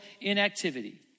inactivity